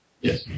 Yes